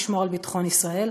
לשמור על ביטחון ישראל,